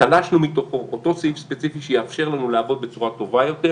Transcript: תלשנו מתוכו אותו סעיף ספציפי שיאפשר לנו לעבוד בצורה טובה יותר.